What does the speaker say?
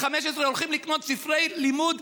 15 הולכים לקנות ספרי לימוד,